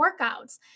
workouts